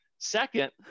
Second